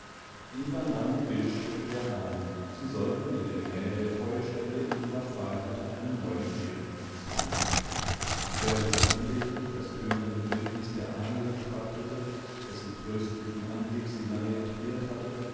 nahm die bildstöcke der ahnen sie sollten in der nähe der feuerstelle in ihrer pfahlhütte einen neuen ehrenplatz finden während sie andächtig das tönerne bildnis der ahnl betrachtete dessen tröstlichen anblick sie lange entbehrt hatte